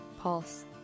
pulse